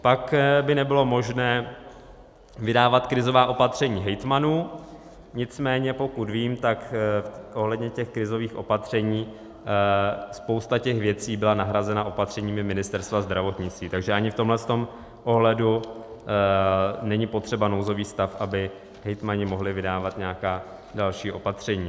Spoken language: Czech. Pak by nebylo možné vydávat krizová opatření hejtmanů, nicméně pokud vím, tak ohledně těch krizových opatření spousta těch věcí byla nahrazena opatřeními Ministerstva zdravotnictví, takže ani v tomhle ohledu není potřeba nouzový stav, aby hejtmani mohli vydávat nějaká další opatření.